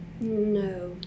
No